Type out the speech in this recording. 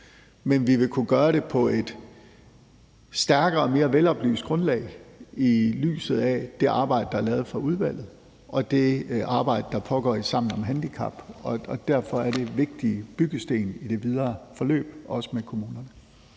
Men vi vil kunne gøre det på et stærkere og mere veloplyst grundlag i lyset af det arbejde, der er lavet for udvalget, og det arbejde, der pågår i Sammen om handicap. Derfor er det vigtige byggesten i det videre forløb, også med kommunerne.